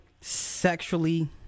sexually